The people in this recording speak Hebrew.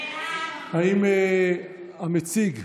המציג,